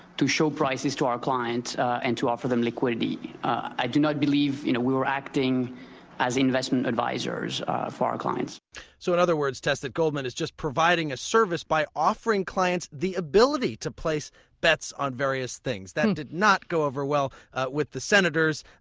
to show prices to our clients and to offer them liquidity. i do not believe you know we were acting as investment advisers for our clients so in other words, tess, that goldman is just providing a service by offering clients the ability to place bets on various things. that did not go over well with the senators.